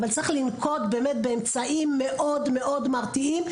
צריך לנקוט באמצעים באמת מאוד מאוד מרתיעים,